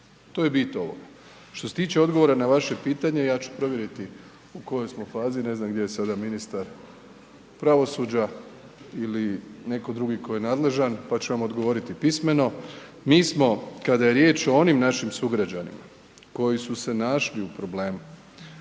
to je bit ovoga. Što se tiče odgovora na vaše pitanje, ja ću provjeriti u kojoj smo fazi, ne znam gdje je sada ministar pravosuđa ili neko drugi tko je nadležan, pa ću vam odgovoriti pismeno. Mi smo, kada je riječ o onim našim sugrađanima koji su se našli u problemu,